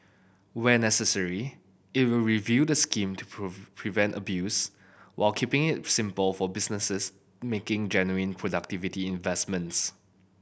where necessary it will review the scheme to prevent abuse while keeping it simple for businesses making genuine productivity investments